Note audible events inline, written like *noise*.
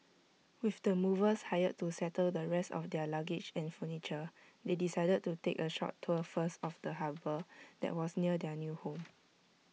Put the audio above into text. with the movers hired to settle the rest of their luggage and furniture they decided to *noise* take A short tour first of the harbour that was near their new home